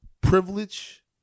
privilege